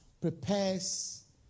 prepares